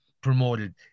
promoted